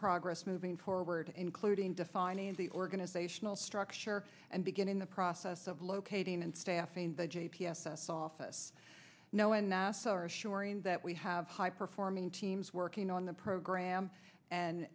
progress moving forward including defining the organizational structure and beginning the process of locating and staffing the j p s s office know and nasa are assuring that we have high performing teams working on the program and